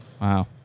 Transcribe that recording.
wow